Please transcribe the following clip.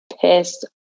pissed